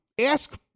ask